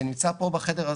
זה נמצא פה בחדר הזה.